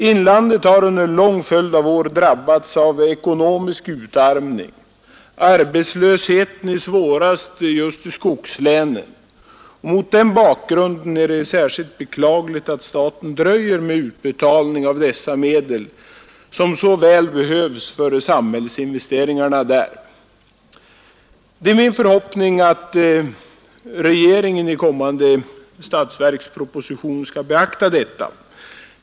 Inlandet har under en lang följd av år drabbats av ekonomisk utarmning. Arbetslösheten är svarast just i skogslänen. Mot den bakgrunden är det särskilt beklagligt att staten dröjer med utbetalning av dessa medel. som så Väl behövs "ör samhällsinvesteringarna där. Det är min förhoppning att regeringen i kommande statsverksproposition skall bvakta detta.